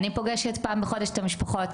אני פוגשת פעם בחודש את המשפחות,